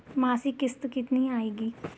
मासिक किश्त कितनी आएगी?